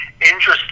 interesting